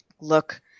look